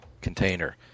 container